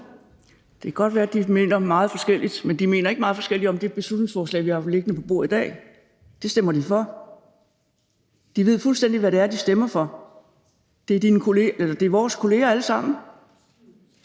Det kan godt være, at de mener noget meget forskelligt, men de mener ikke noget meget forskelligt om det beslutningsforslag, vi har liggende på bordet i dag – det stemmer de for. De ved fuldstændig, hvad det er, de stemmer for. Det er vores kolleger alle sammen.